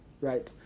Right